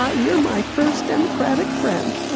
ah you're my first democratic friend.